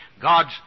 God's